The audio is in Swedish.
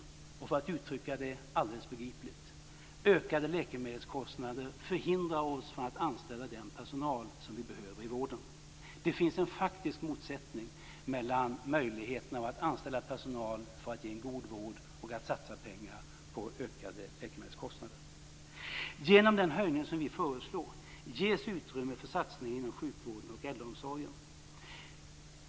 För att uttrycka det alldeles begripligt: Ökade läkemedelskostnader förhindrar oss att anställa den personal som vi behöver i vården. Det finns en faktiskt motsättning mellan möjligheterna att anställa personal för att ge en god vård och att satsa pengar på ökade läkemedelskostnader. Genom den höjning som vi föreslår ges utrymme för satsningar inom sjukvården och äldreomsorgen.